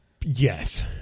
Yes